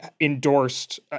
endorsed